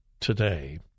today